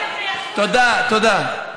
תודה, תודה.